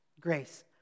grace